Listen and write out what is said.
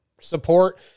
Support